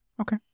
Okay